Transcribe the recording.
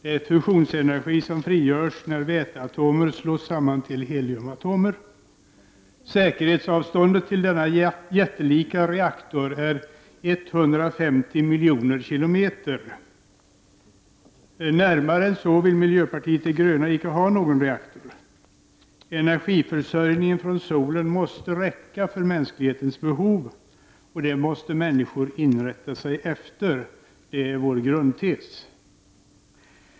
Det är fusionsenergin som frigörs när väteatomer slås samman till heliumatomer. Säkerhetsavståndet till denna jättelika reaktor är 150 miljoner kilometer. Närmare än så vill miljöpartiet de gröna inte ha någon reaktor. Energiförsörjningen från solen måste räcka för mänsklighetens behov. Det måste människorna inrätta sig efter — det är vår grundtes.